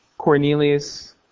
Cornelius